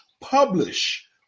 publish